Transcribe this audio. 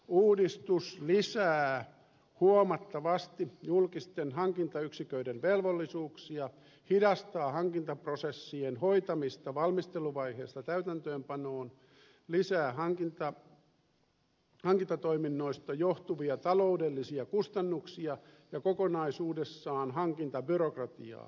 uudistus lisää huomattavasti julkisten hankintayksiköiden velvollisuuksia hidastaa hankintaprosessien hoitamista valmisteluvaiheesta täytäntöönpanoon lisää hankintatoiminnoista johtuvia taloudellisia kustannuksia ja kokonaisuudessaan hankintabyrokratiaa